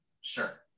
Sure